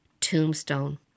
tombstone